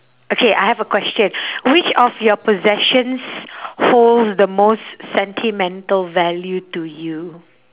okay I have a question which of your possessions holds the most sentimental value to you